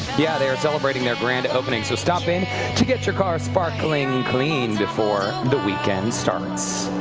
yeah they're celebrating their grand opening, so stop in to get your car sparkling clean before the weekend starts.